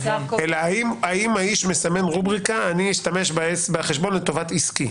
אלא האם האיש מסמן רובריקה: אני אשתמש בחשבון לטובת עסקי.